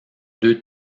deux